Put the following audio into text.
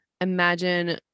imagine